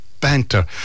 banter